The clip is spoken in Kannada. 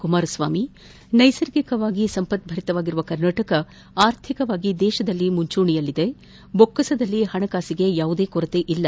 ಕುಮಾರಸ್ವಾಮಿ ನೈಸರ್ಗಿಕವಾಗಿ ಸಂಪಕ್ಷರಿತವಾಗಿರುವ ಕರ್ನಾಟಕ ಆರ್ಥಿಕವಾಗಿ ದೇಶದಲ್ಲೇ ಮುಂಚೂಣಿಯಲ್ಲಿದೆಬೊಕ್ಕಸದಲ್ಲಿ ಪಣಕಾಸಿಗೆ ಯಾವುದೇ ಕೊರತೆಯಿಲ್ಲ